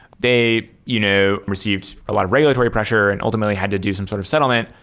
they you know received a lot of regulatory pressure and ultimately had to do some sort of settlement.